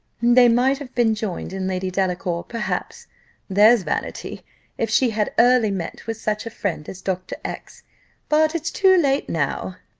they might have been joined in lady delacour, perhaps there's vanity if she had early met with such a friend as dr. x but it's too late now,